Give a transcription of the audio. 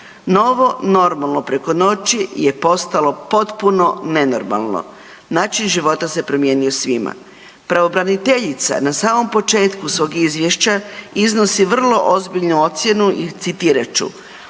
Novo normalno preko noći je postalo potpuno nenormalno. Način života se promijenio svima. Pravobraniteljica na samom početku svog izvješća iznosi vrlo ozbiljnu ocjenu i citirat